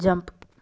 jump